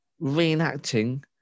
reenacting